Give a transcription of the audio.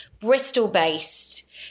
Bristol-based